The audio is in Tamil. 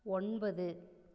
ஒன்பது